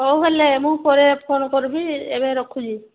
ହଉ ହେଲେ ମୁଁ ପରେ ଫୋନ୍ କରିବି ଏବେ ରଖୁଛି